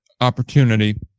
opportunity